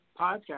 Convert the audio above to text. podcast